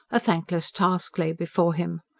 a thankless task lay before him.